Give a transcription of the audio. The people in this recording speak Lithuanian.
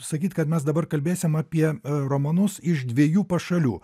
sakyt kad mes dabar kalbėsim apie romanus iš dviejų pašalių